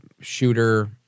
shooter